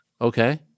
Okay